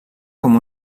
com